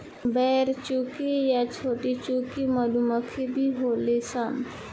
बरेचुकी आ छोटीचुकी मधुमक्खी भी होली सन